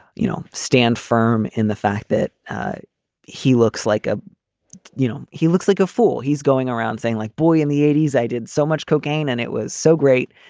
you know, stand firm in the fact that he looks like a you know, he looks like a fool. he's going around saying like, boy, in the eighty s, i did so much cocaine and it was so great.